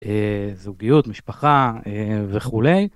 זוגיות, משפחה וכולי.